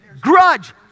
grudge